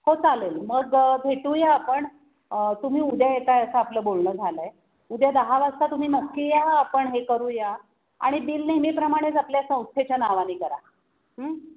हो चालेल मग भेटूया आपण तुम्ही उद्या येताय असं आपलं बोलणं झालं आहे उद्या दहा वाजता तुम्ही नक्की या आपण हे करूया आणि बिल नेहमीप्रमाणेच आपल्या संस्थेच्या नावाने करा